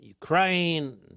Ukraine